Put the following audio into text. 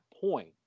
point